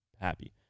Happy